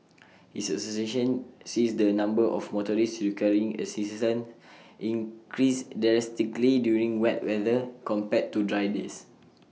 his association sees the number of motorists requiring assistance increase drastically during wet weather compared to dry days